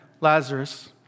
Lazarus